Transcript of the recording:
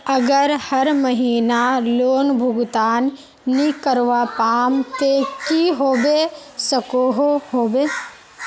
अगर हर महीना लोन भुगतान नी करवा पाम ते की होबे सकोहो होबे?